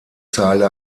zeile